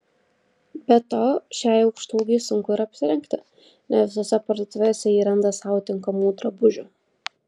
be to šiai aukštaūgei sunku ir apsirengti ne visose parduotuvėse ji randa sau tinkamų drabužių